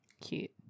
Cute